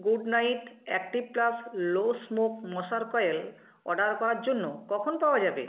good Knight active plus low smoke মশার coil order করার জন্য কখন পাওয়া যাবে